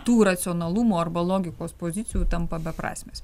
tų racionalumo arba logikos pozicijų tampa beprasmis